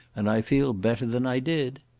and i feel better than i did.